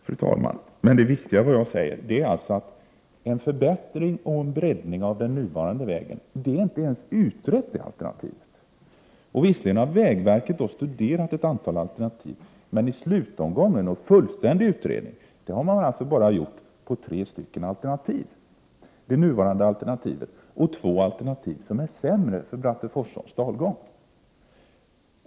Fru talman! Det viktiga i vad jag säger är att alternativet att förbättra och bredda den nuvarande vägen inte ens är utrett. Visserligen har vägverket studerat ett antal alternativ, men en fullständig utredning har man gjort bara av tre alternativ: det nu påbörjade alternativet och två alternativ som är sämre för Bratteforsåns dalgång.